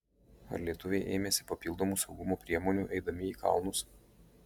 ar lietuviai ėmėsi papildomų saugumo priemonių eidami į kalnus